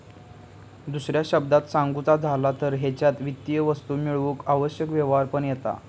दुसऱ्या शब्दांत सांगुचा झाला तर हेच्यात वित्तीय वस्तू मेळवूक आवश्यक व्यवहार पण येता